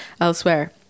elsewhere